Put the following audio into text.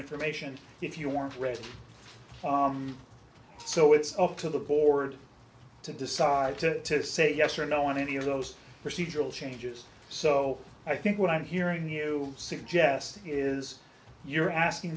information if you want read so it's up to the board to decide to say yes or no on any of those procedural changes so i think what i'm hearing you suggest is you're asking